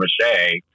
mache